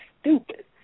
stupid